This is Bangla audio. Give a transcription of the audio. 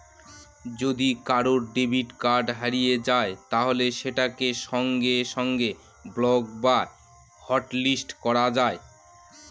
যদি কারুর ডেবিট কার্ড হারিয়ে যায় তাহলে সেটাকে সঙ্গে সঙ্গে ব্লক বা হটলিস্ট করা যায়